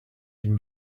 can